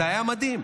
זה היה מדהים.